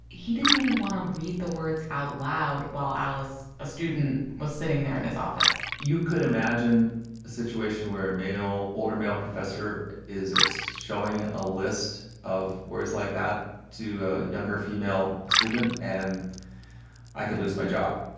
he didn't even want to read the words out loud while alice, a student, was sitting there in his office you could imagine a situation where a male older male professor is like so showing a list of words like that to a younger female student. and i could lose my job.